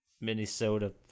Minnesota